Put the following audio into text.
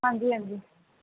ਹਾਂਜੀ ਹਾਂਜੀ